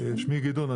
שמי גדעון,